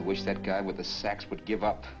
the wish that guy with the sex would give up